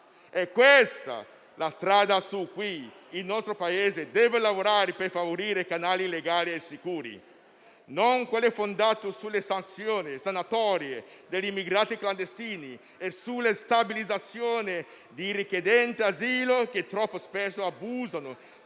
È questa la strada su cui il nostro Paese deve lavorare per favorire i canali legali e sicuri, non quelli fondati sulle sanzioni, sulle sanatorie degli immigrati clandestini e sulle stabilizzazioni dei richiedenti asilo, che troppo spesso abusano